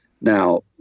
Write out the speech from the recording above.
Now